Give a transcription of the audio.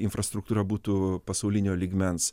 infrastruktūra būtų pasaulinio lygmens